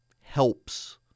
helps